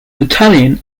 italian